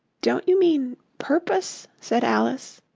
don't you mean purpose said alice.